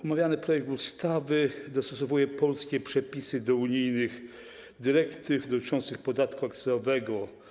Omawiany projekt ustawy dostosowuje polskie przepisy do unijnych dyrektyw dotyczących podatku akcyzowego.